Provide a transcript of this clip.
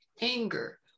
anger